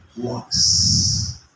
works